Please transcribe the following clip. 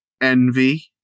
envy